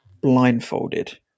blindfolded